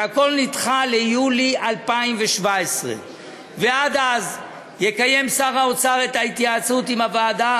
שהכול נדחה ליולי 2017. ועד אז יקיים שר האוצר את ההתייעצות עם הוועדה